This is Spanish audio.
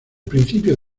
principio